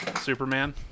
superman